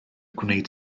gwneud